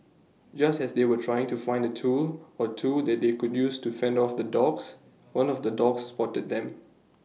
just as they were trying to find A tool or two that they could use to fend off the dogs one of the dogs spotted them